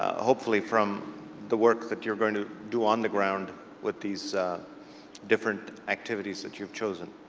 hopefully, from the work that you're going to do on the ground with these different activities that you've chosen.